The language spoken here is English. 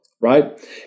Right